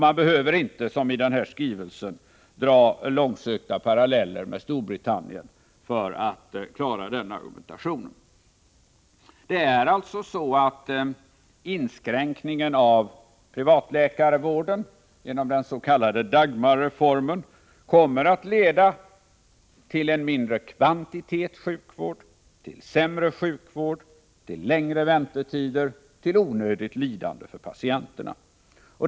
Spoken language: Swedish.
Man behöver inte, som i skrivelsen, dra långsökta paralleller med Storbritannien för att klara den argumentationen. Det är alltså så att inskränkningen av privatläkarvården genom den s.k. Dagmarreformen kommer att leda till en mindre kvantitet sjukvård, till sämre sjukvård, till längre väntetider, till onödigt lidande för patienterna.